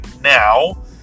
now